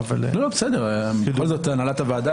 המטרה שלי